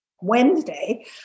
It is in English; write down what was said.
Wednesday